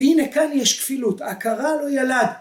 ‫הנה, כאן יש כפילות, "‫עקרה לא ילדה".